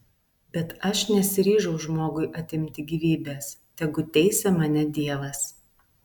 bet aš nesiryžau žmogui atimti gyvybės tegu teisia mane dievas